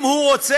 אם הוא רוצה,